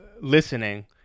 listening